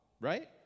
right